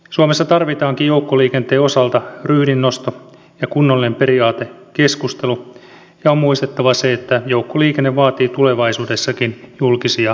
suomessa tarvitaankin joukkoliikenteen osalta ryhdin nosto ja kunnollinen periaatekeskustelu ja on muistettava että joukkoliikenne vaatii tulevaisuudessakin julkisia varoja